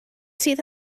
sydd